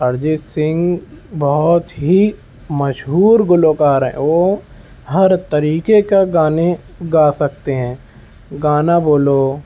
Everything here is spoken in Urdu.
ارجیت سنگھ بہت ہی مشہور گلوکار ہیں وہ ہر طریقے کا گانے گا سکتے ہیں گانا بولو